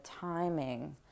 timing